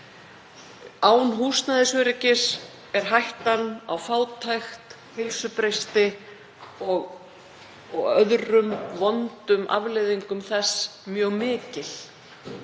Án húsnæðisöryggis er hættan á fátækt, heilsubresti og öðrum vondum afleiðingum þess mjög mikil